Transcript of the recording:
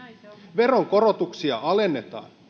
veronkorotuksia alennetaan